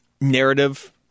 narrative